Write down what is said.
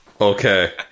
Okay